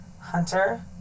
Hunter